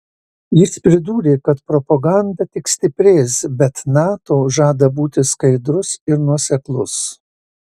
jis pridūrė kad propaganda tik stiprės bet nato žada būti skaidrus ir nuoseklus